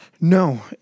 No